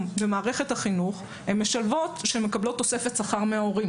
במערכת החינוך הן משלבות שמקבלות תוספת שכר מההורים.